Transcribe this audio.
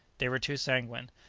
they were too sanguine.